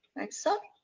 like so.